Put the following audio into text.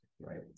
right